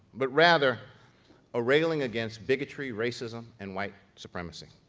but rather a railing against bigotry, racism, and white supremacy.